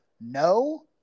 No